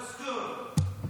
אוסקוט, אוסקוט.